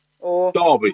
Derby